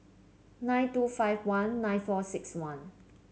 nine two five one nine four six one